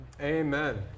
Amen